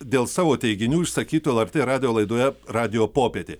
dėl savo teiginių išsakytų lrt radijo laidoje radijo popietė